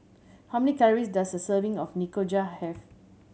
how many calories does a serving of Nikujaga have